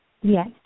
Yes